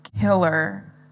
killer